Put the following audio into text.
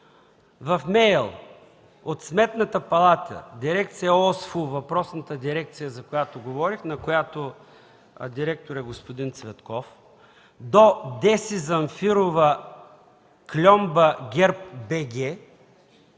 в мейл от Сметната палата, дирекция ОСФУ – въпросната дирекция, за която говорих, чийто директор е господин Цветков, до Деси Замфирова@ГЕРБ.bg на